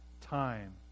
time